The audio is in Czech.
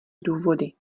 důvody